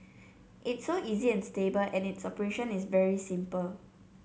it's so easy and stable and its operation is very simple